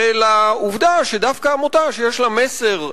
ולעובדה שדווקא עמותה שיש לה מסר,